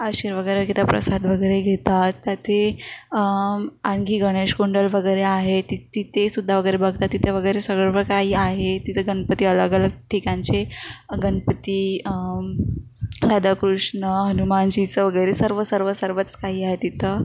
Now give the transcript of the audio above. आशीर वगैरे घेता प्रसाद वगैरे घेतात त्या ते आणखी गणेशकुंड वगैरे आहे ति तिथेसुद्धा वगैरे बघतात तिथे वगैरे सर्व काही आहे तिथं गणपती अलगअलग ठिकाणचे गणपती राधाकृष्ण हनुमानजीचं वगैरे सर्व सर्व सर्वच काही आहे तिथं